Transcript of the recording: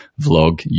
vlog